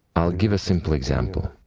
i'll give a simple example.